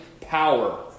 power